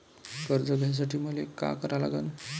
कर्ज घ्यासाठी मले का करा लागन?